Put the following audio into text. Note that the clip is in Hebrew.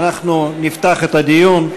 אנחנו נפתח את הדיון.